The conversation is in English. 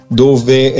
dove